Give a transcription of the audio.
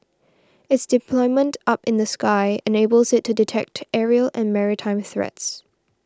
it's deployment up in the sky enables it to detect aerial and maritime threats